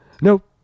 Nope